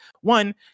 One